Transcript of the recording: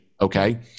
Okay